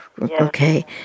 okay